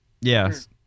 Yes